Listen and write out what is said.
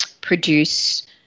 produce